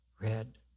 Red